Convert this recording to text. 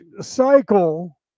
cycle